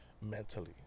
mentally